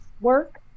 work